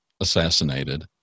assassinated